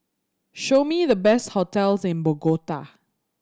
show me the best hotels in Bogota